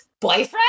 Boyfriend